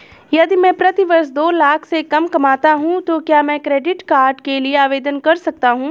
यदि मैं प्रति वर्ष दो लाख से कम कमाता हूँ तो क्या मैं क्रेडिट कार्ड के लिए आवेदन कर सकता हूँ?